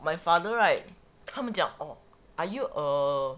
my father right 他们讲 oh are you err